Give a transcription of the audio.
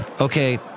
Okay